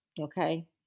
Okay